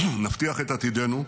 נבטיח את עתידנו,